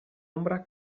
ombra